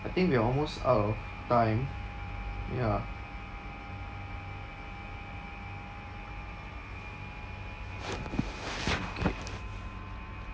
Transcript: I think we are almost out of time ya